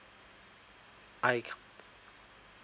I